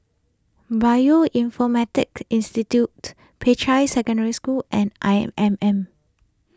Bioinformatics Institute Peicai Secondary School and I M M